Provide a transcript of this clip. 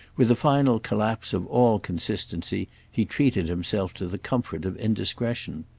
with a final collapse of all consistency, he treated himself to the comfort of indiscretion.